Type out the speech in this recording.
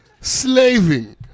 slaving